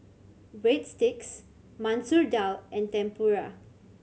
Breadsticks Masoor Dal and Tempura